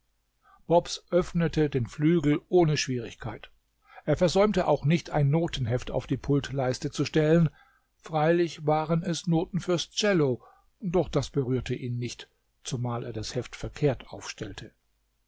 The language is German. bobs öffnete den flügel ohne schwierigkeit er versäumte auch nicht ein notenheft auf die pultleiste zu stellen freilich waren es noten fürs cello doch das berührte ihn nicht zumal er das heft verkehrt aufstellte